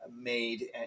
made